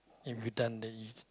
have you done that you've